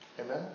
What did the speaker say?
Amen